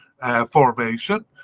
formation